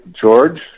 George